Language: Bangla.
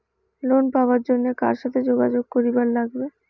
লোন পাবার জন্যে কার সাথে যোগাযোগ করিবার লাগবে?